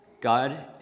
god